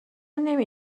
نمی